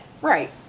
Right